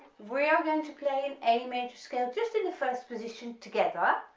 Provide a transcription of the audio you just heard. we are going to play an a major scale just in the first position together,